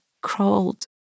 crawled